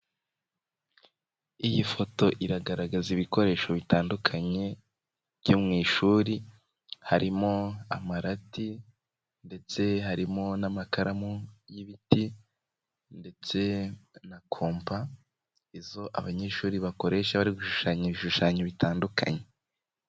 Iyi foto iragaragaza ibikoresho bitandukanye byo mu ishuri, harimo amarati, ndetse harimo n'amakaramu y'ibiti, ndetse na compa, izo abanyeshuri bakoresha bari gushushanya ibishushanyo bitandukanye.